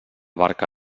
barca